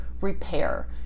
repair